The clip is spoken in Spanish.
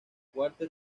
walter